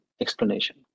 explanation